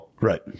right